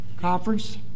conference